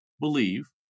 believe